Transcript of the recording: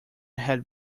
had